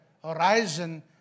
Horizon